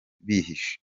bihishe